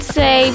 say